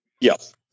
Yes